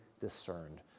discerned